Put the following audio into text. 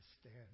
stand